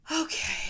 okay